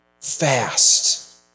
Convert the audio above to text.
fast